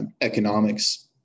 economics